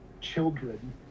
children